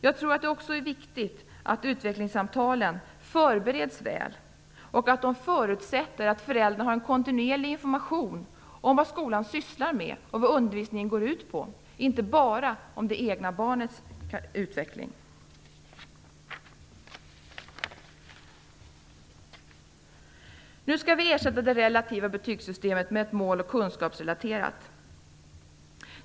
Jag tror att det också är viktigt att utvecklingssamtalen förbereds väl och att de förutsätter att föräldrarna får kontinuerlig information om vad skolan sysslar med och vad undervisningen går ut på, alltså inte bara information om det egna barnets utveckling. Nu skall vi ersätta det relativa betygssystemet med ett mål och kunskapsrelaterat system.